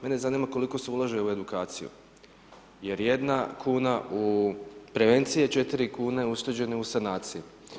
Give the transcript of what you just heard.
Mene zanima koliko se ulaže u edukaciju, jer jedna kuna u prevenciji je 4 kune ušteđene u sanaciji.